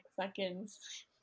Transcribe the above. seconds